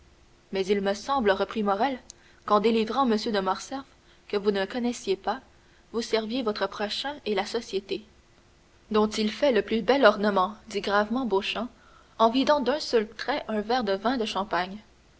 mais il me semble reprit morrel qu'en délivrant m de morcerf que vous ne connaissiez pas vous serviez votre prochain et la société dont il fait le plus bel ornement dit gravement beauchamp en vidant d'un seul trait un verre de vin de champagne